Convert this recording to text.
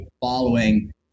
following